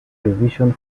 revision